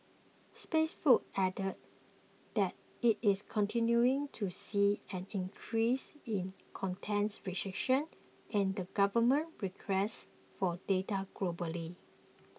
Facebook added that it is continuing to see an increase in contents restrictions and government requests for data globally